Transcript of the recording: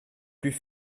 plus